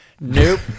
nope